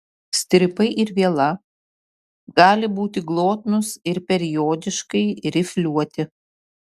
strypai ir viela gali būti glotnūs ir periodiškai rifliuoti